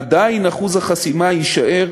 עדיין אחוז החסימה יישאר